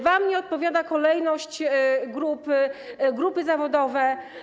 Wam nie odpowiada kolejność, grupy zawodowe.